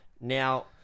Now